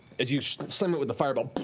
as you slam it with the fire bolt,